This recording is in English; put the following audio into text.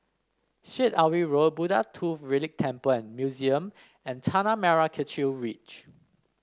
Syed Alwi Road Buddha Tooth Relic Temple and Museum and Tanah Merah Kechil Ridge